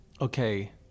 okay